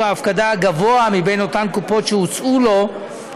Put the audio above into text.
ההפקדה הגבוה מבין אותן קופות שהוצעו לו,